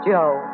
Joe